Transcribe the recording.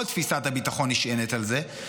כל תפיסת הביטחון נשענת על זה,